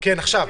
כן, עכשיו.